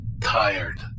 tired